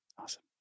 Awesome